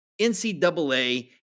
NCAA